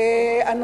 לשאלתך,